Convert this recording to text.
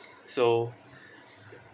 so